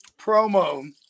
promo